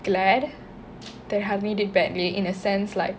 glad they are having it badly in a sense like